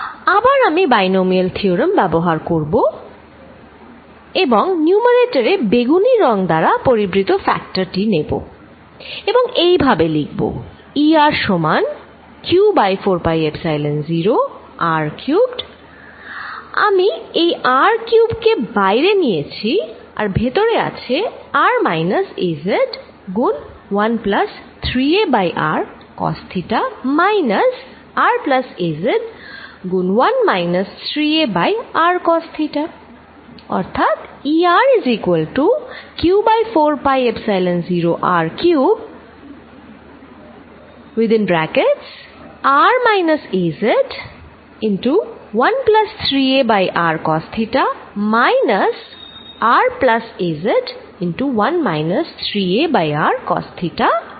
আবার আমি binomial theorem ব্যবহার করব এবং নিউমারেটর এ বেগুনি রং দ্বারা পরিবৃত ফ্যাক্টরটি নেবো এবং এইভাবে লিখব E r সমান q by 4 pi epsilon 0 r cubed আমি এই r কিউব কে বাইরে নিয়েছি আর ভেতরে আছে r মাইনাস az গুন 1 plus 3a by r cos theta minus r plus az গুন 1 minus 3a by r cos theta